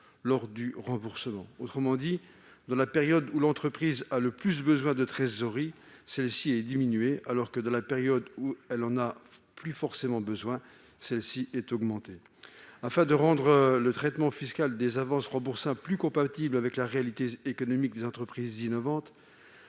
lors du remboursement. Autrement dit, dans la période où l'entreprise a le plus besoin de trésorerie, celle-ci est diminuée, alors que, dans la période où elle n'en a plus forcément besoin, elle est augmentée. Afin de rendre le traitement fiscal des avances remboursables plus compatible avec la réalité économique des entreprises innovantes,